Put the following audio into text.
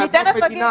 אני תכף אגיע.